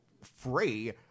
free